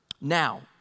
Now